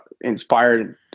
inspired